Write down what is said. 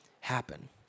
happen